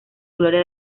gloria